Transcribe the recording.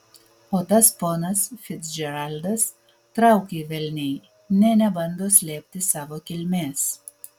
o tas ponas ficdžeraldas trauk jį velniai nė nebando slėpti savo kilmės